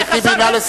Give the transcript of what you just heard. איך השר יכול?